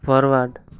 forward